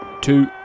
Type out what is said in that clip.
two